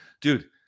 dude